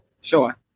Sure